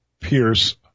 Pierce